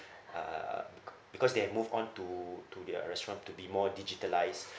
uh bc~ because they have moved on to to their restaurant to be more digitalised